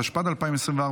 התשפ"ד 2024,